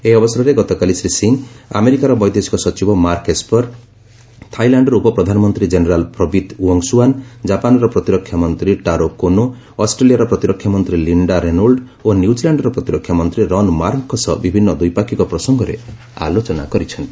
ଏହି ଅବସରରେ ଗତକାଲି ଶ୍ରୀ ସିଂ ଆମେରିକାର ବୈଦେଶିକ ସଚିବ ମାର୍କ ଏସ୍ପର ଥାଇଲାଣ୍ଡର ଉପପ୍ରଧାନମନ୍ତ୍ରୀ ଜେନେରାଲ୍ ପ୍ରବୀତ୍ ଓ୍ଗସୁଆନ୍ ଜାପାନର ପ୍ରତିରକ୍ଷାମନ୍ତ୍ରୀ ଟାରୋ କୋନୋ ଅଷ୍ଟ୍ରେଲିଆର ପ୍ରତିରକ୍ଷାମନ୍ତ୍ରୀ ଲିଣ୍ଡା ରେନୋଲ୍ଡ ଓ ନିଉଚ୍ଚିଲାଣ୍ଡର ପ୍ରତିରକ୍ଷାମନ୍ତ୍ରୀ ରନ୍ ମାର୍କଙ୍କ ସହ ବିଭିନ୍ନ ଦ୍ୱିପାକ୍ଷିକ ପ୍ରସଙ୍ଗରେ ଆଲୋଚନା କରିଛନ୍ତି